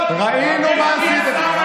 אין לך זכות לדבר בכלל.